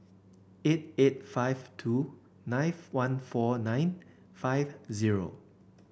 eight eight five two nine one four nine five zero